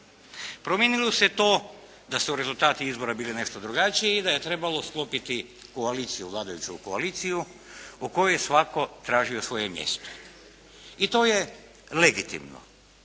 Promijenilo se to da su rezultati izbora bili nešto drugačiji i da je trebalo sklopiti koaliciju, vladajuću koaliciju u kojoj je svatko tražio svoje mjesto i to je legitimno